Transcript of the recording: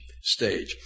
stage